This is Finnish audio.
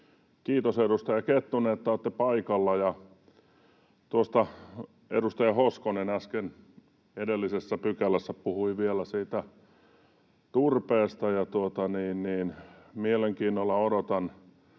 kiitos, edustaja Kettunen, että olette paikalla. Edustaja Hoskonen äsken edellisessä pykälässä puhui vielä turpeesta, ja mielenkiinnolla odotan